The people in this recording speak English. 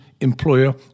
employer